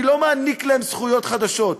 אני לא נותן להן זכויות חדשות,